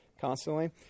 constantly